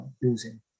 using